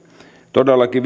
todellakin